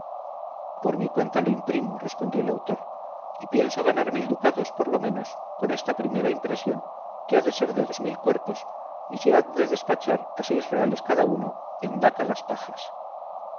por mi cuenta lo imprimo respondió el autor y pienso ganar mil ducados por lo menos con esta primera impresión que ha de ser de dos mil cuerpos y se han de despachar a seis reales cada uno en daca las pajas